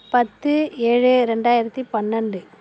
பத்து ஏழு ரெண்டாயிரத்து பன்னெண்டு